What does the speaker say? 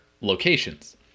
locations